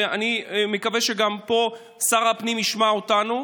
ואני מקווה שגם פה שר הפנים ישמע אותנו,